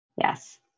Yes